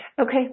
Okay